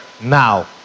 now